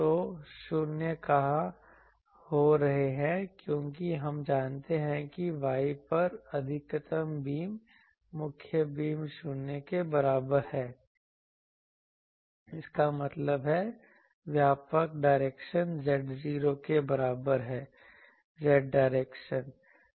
तो शून्य कहां हो रहे हैं क्योंकि हम जानते हैं कि Y पर अधिकतम बीम मुख्य बीम 0 के बराबर है इसका मतलब है व्यापक डायरेक्शन z 0 के बराबर है z डायरेक्शन